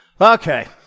Okay